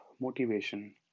motivation